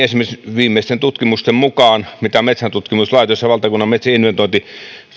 viimeisten tutkimusten mukaan mitä metsäntutkimuslaitos ja valtakunnan metsien inventointi